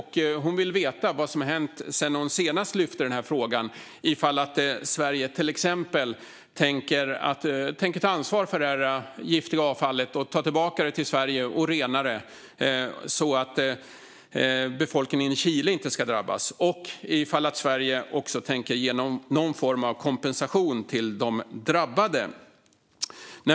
Hon vill veta vad som har hänt sedan hon senast lyfte den. Tänker Sverige ta ansvar för detta giftiga avfall, ta tillbaka det till Sverige och rena det, så att befolkningen i Chile inte drabbas? Tänker Sverige ge någon form av kompensation till de drabbade?